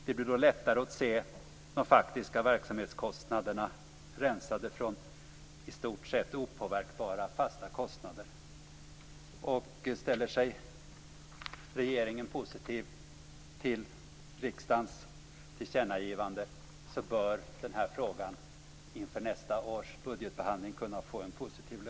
Det blir då lättare att se de faktiska verksamhetskostnaderna, rensade från i stort sett opåverkbara fasta kostnader. Ställer sig regeringen positiv till riksdagens tillkännagivande bör denna fråga inför nästa års budgetbehandling kunna få en positiv lösning.